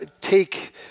take